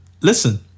Listen